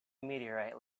meteorite